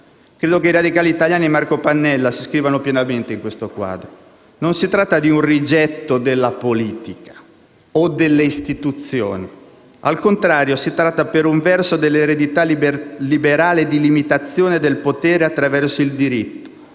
Credo che i radicali italiani e Marco Pannella si iscrivano pienamente in questo quadro. Non si tratta di un rigetto della politica o delle istituzioni. Al contrario, si tratta, per un verso, dell'eredità liberale di limitazione del potere attraverso il diritto,